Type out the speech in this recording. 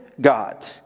God